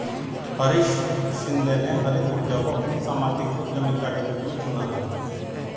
हरीश शिंदे ने हरित ऊर्जा को अपनी सामाजिक उद्यमिता के रूप में चुना है